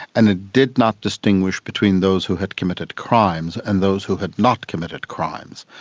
and it did not distinguish between those who had committed crimes and those who had not committed crimes.